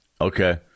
Okay